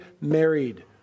married